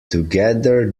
together